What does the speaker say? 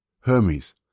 Hermes